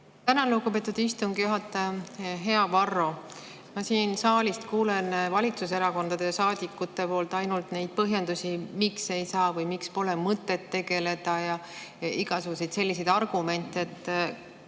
Tänan, lugupeetud istungi juhataja! Hea Varro! Ma siin saalis kuulen valitsuserakondade saadikutelt ainult põhjendusi, miks ei saa või miks pole mõtet sellega tegeleda, ja igasuguseid selliseid argumente.